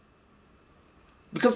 because